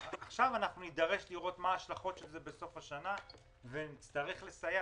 עכשיו אנחנו נידרש לראות מה ההשלכות של זה בסוף השנה ונצטרך לסייע.